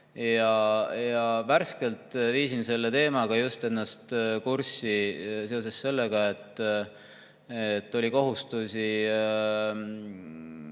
tea. Värskelt viisin selle teemaga just ennast kurssi seoses sellega, et mul oli kohustusi